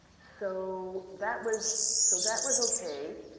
so, that was, so that was okay.